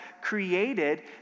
created